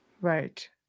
Right